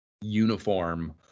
uniform